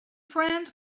friend